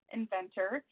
inventor